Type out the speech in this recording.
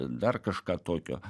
dar kažką tokio